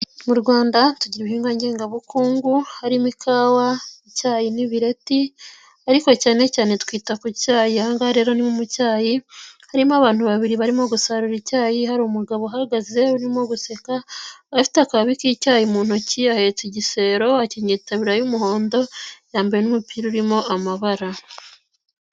Mu Rwanda tugira ibihingwa ngengabukungu harimo ikawa, icyayi n'ibireti ariko cyane cyane twita ku cyayi, ahangaha rero ni mu cyayi, harimo abantu babiri barimo gusarura icyayi, hari umugabo uhagaze birimo guseka, afite akababi k'icyayi mu ntoki ahetse igisero akenyeye itaburiya y'umuhondo yambaye umupira urimo amabara.